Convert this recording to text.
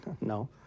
No